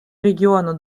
региону